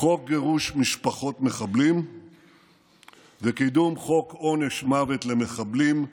חוק גירוש משפחות מחבלים וקידום חוק עונש מוות למחבלים,